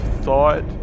thought